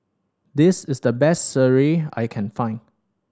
this is the best sireh I can find